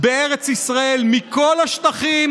מכל השטחים